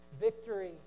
Victory